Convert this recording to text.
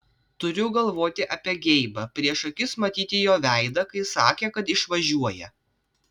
turiu galvoti apie geibą prieš akis matyti jo veidą kai sakė kad išvažiuoja